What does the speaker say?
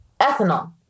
ethanol